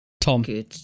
Tom